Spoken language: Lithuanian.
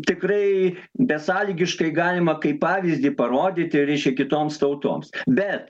tikrai besąlygiškai galima kaip pavyzdį parodyti reiškia kitoms tautoms bet